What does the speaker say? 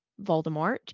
Voldemort